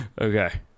Okay